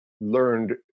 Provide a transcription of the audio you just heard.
learned